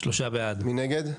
מי נגד?